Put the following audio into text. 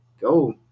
go